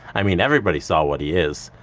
i mean everybody saw what he is.